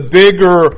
bigger